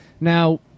now